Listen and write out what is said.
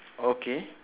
okay